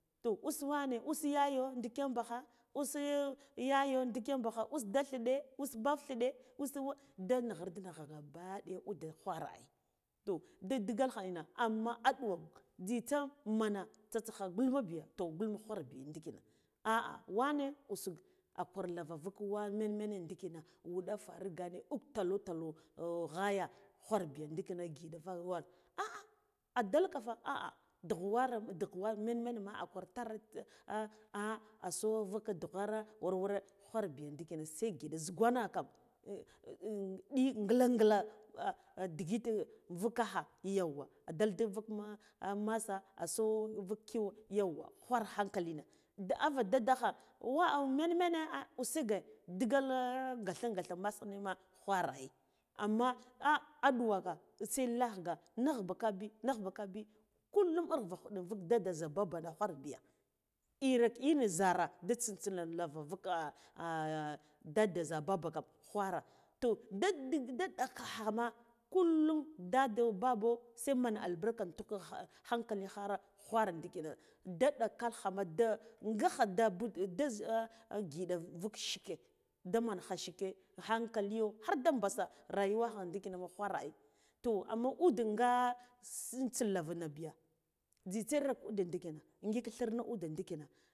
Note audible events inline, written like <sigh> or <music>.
To us wane us yayo nɗiken bakha us yayo nɗiken bikha us dad thiɗe us bab thiɗe us da naghurdi naghi gaba ɗiya ude ghwara ai toh da digalcha ina amma aɗuwo njizha mana tsaskha gulma biyo toh gulma ghwarbiy nɗikhing a ah wine usuk a kwarlava vug wane mene mene nɗikhina wuɗa farughane ukh talo talo <hesitation> ghaya ghwarbiya nɗikchina ngiɗa va a ah a dala fah a ah dugh wane dugh war mene menema a gubar tar ah ah aso vugh dughware ware ware ghware biya ndikhing sai ngada zhughasa na kam <hesitation> ɗi ngiba ngiba ah ndigil vukakha yauwa adalda vugma amasa aso unvuk kyau yenwa ghoara ah usuge digal gatha gatha mes ina ma ghwara ai amma ah aɗuwa ka sri laghga nagh baka ba nagh bakebi kullum irva tahuɗo vug dada zha baba na ghwarbi iri ina zharanga tsintsina lava vugh <hesitation> dada zha baba kam ghwara toh dadig da <hesitation> ɗakha ma kullum dado baba sa men albarka ntuk kha hankali khara ghwara nɗikina nda ɗakalkhama da ngakha da but da zha ngiɗa vug shiɗe daman kha shike khankaliyo hardi mɓasa rayuwa kha nɗikina ma ghwara ai to amma ude aga un intsilavana biya njizha rabu da ndikhi na ngik thir ude ndikhina.